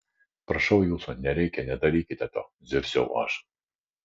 prašau jūsų nereikia nedarykite to zirziau aš